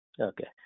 okay